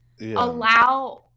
allow